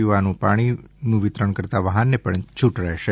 પીવાના પાણીનું વિતરણ કરતાં વાહનને પણ છૂટ રહેશે